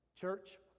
Church